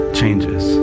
changes